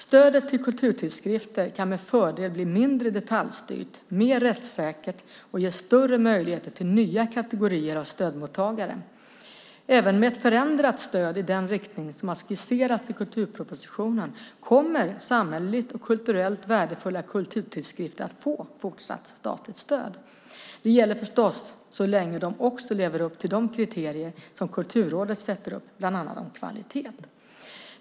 Stödet till kulturtidskrifter kan med fördel bli mindre detaljstyrt, mer rättssäkert och ge större möjligheter till nya kategorier av stödmottagare. Även med ett förändrat stöd i den riktning som har skisserats i kulturpropositionen kommer samhälleligt och kulturellt värdefulla kulturtidskrifter att få fortsatt statligt stöd. Det gäller förstås så länge de också lever upp till de kriterier som Kulturrådet sätter upp, bland annat om kvalitet.